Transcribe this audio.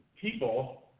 people